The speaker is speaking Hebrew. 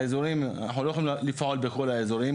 אנחנו לא יכולים לפעול בכל האזורים,